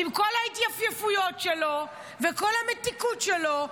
עם כל ההתייפייפויות שלו וכל המתיקות שלו,